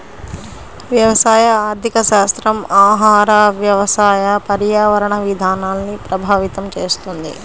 వ్యవసాయ ఆర్థికశాస్త్రం ఆహార, వ్యవసాయ, పర్యావరణ విధానాల్ని ప్రభావితం చేస్తుంది